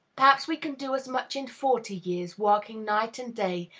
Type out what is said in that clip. perhaps we can do as much in forty years, working night and day,